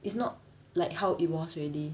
it's not like how it was already